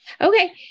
Okay